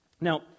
now